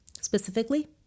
specifically